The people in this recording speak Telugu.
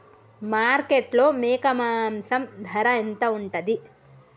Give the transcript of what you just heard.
మార్కెట్లో మేక మాంసం ధర ఎంత ఉంటది?